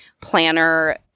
planner